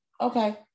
Okay